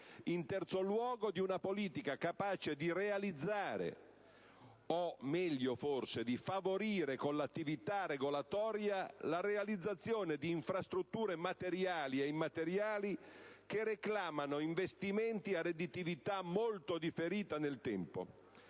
nei maggiori Paesi europei; realizzare o, meglio, favorire con l'attività regolatoria la realizzazione di infrastrutture materiali e immateriali, che reclamano investimenti a redditività molto differita nel tempo.